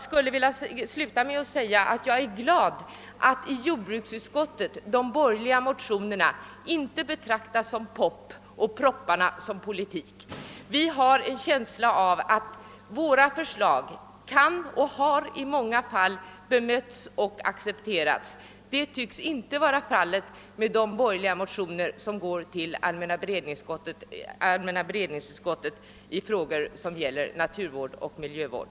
Slutligen är jag glad över att de borgerliga motionerna i jordbruksutskottet inte har betraktats som »pop» och propositionerna som politik. Vi har en känsla av att våra förslag i många fall har accepterats. Men detta tycks inte vara fallet med de borgerliga motioner som hänvisats till allmänna beredningsutskottet i frågor som gäller naturoch miljövård.